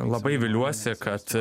labai viliuosi kad